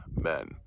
men